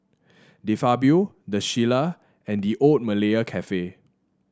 De Fabio The Shilla and The Old Malaya Cafe